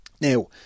Now